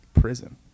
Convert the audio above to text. prison